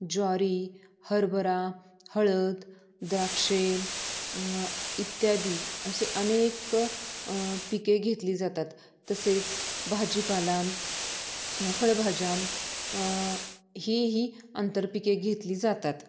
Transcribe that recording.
ज्वारी हरभरा हळद द्राक्षे इत्यादी असे अनेक पिके घेतली जातात तसेच भाजीपाला अन् फळभाज्या हीही आंतरपिके घेतली जातात